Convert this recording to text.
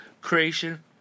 creation